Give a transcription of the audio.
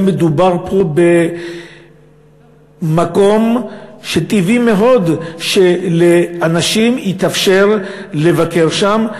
אלא מדובר פה במקום שטבעי מאוד שלאנשים יתאפשר לבקר שם.